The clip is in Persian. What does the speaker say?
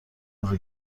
نظر